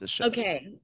Okay